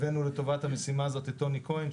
הבאנו לטובת המשימה הזאת את טוני כהן,